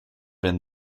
been